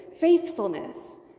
faithfulness